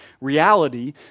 reality